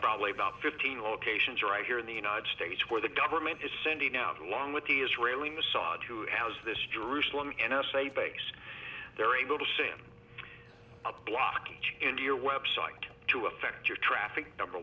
probably about fifteen locations right here in the united states where the government is sending out along with the israeli mossad who has this jerusalem n s a base they're able to say in a blockage in your website to affect your traffic number